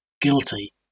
guilty